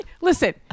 listen